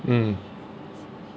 mm